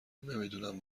نمیدونم